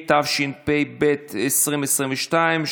התשפ"ב 2022,